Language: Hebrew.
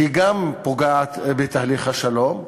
היא גם פוגעת בתהליך השלום.